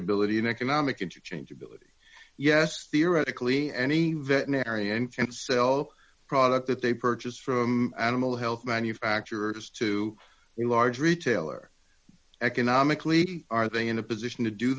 ability and economic interests into ability yes theoretically any veterinarian can sell product that they purchase from animal health manufacturers to a large retailer economically are they in a position